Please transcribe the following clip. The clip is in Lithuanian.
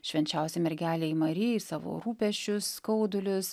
švenčiausiai mergelei marijai savo rūpesčius skaudulius